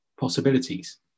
possibilities